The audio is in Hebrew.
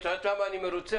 את יודעת למה אני מרוצה?